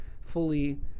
fully